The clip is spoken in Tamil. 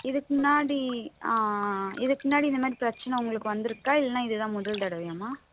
இதுக்கு முன்னாடி ஆ ஆ இதுக்கு முன்னாடி இதை மாதிரி பிரச்சன்னை உங்களுக்கு வந்துருக்கா இல்லைன்னா இது தான் முதல் தடவையாம்மா